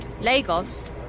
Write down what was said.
Lagos